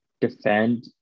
defend